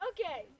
Okay